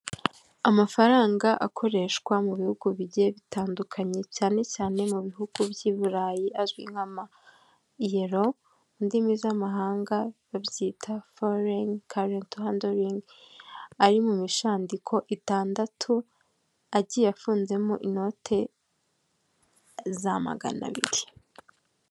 Amafaranga akoreshwa mu bihugu bigiye bitandukanye cyane cyane mu bihugu by'i burayi azwi nk'amayero mu ndimi z'amahanga babyita foreni kareti handoringi ari mu mishandiko itandatu agiye afunzemo inote za maganabiribiri.